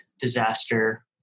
disaster